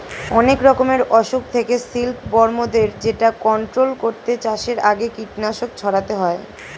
অনেক রকমের অসুখ থেকে সিল্ক বর্মদের যেটা কন্ট্রোল করতে চাষের আগে কীটনাশক ছড়াতে হয়